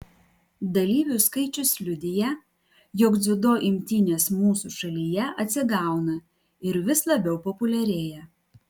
dalyvių skaičius liudija jog dziudo imtynės mūsų šalyje atsigauna ir vis labiau populiarėja